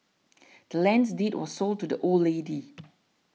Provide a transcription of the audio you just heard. the land's deed was sold to the old lady